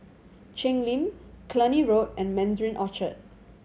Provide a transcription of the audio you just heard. Cheng Lim Cluny Road and Mandarin Orchard